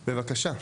בבקשה.